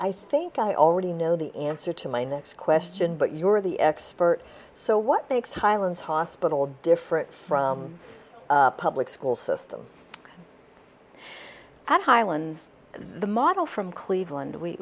i think i already know the answer to my next question but you're the expert so what makes highlands hospital different from public school system at highlands the model from cleveland